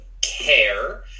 care